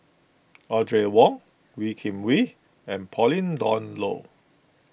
Audrey Wong Wee Kim Wee and Pauline Dawn Loh